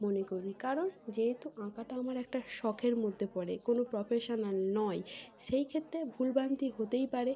মনে করি কারণ যেহেতু আঁকাটা আমার একটা শখের মধ্যে পড়ে কোনো প্রফেশনাল নয় সেইক্ষেত্রে ভুলভ্রান্তি হতেই পারে